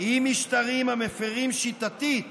עם משטרים המפירים שיטתית